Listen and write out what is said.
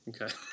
Okay